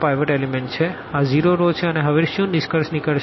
આ 0 રો છે અને હવે શુ નિષ્કર્ષ નીકળશે